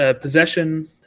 possession